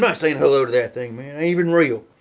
not saying hello to that thing man, ain't even real.